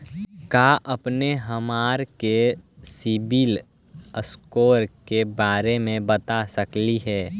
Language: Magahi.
का अपने हमरा के सिबिल स्कोर के बारे मे बता सकली हे?